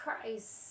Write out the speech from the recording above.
Christ